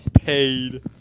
Paid